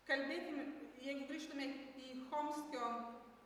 kalbėkim jeigu grįžtume į chomskio